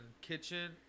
kitchen